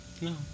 No